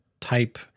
type